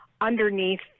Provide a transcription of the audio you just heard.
underneath